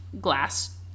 glass